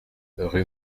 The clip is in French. rue